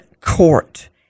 court